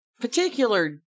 particular